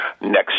Next